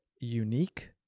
unique